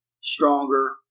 stronger